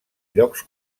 llocs